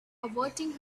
averting